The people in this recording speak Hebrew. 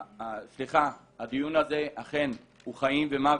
סליחה, הדיון הזה אכן הוא חיים ומוות.